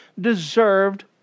deserved